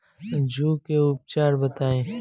जूं के उपचार बताई?